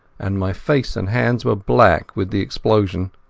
and my face and hands were black with the explosion.